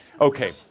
Okay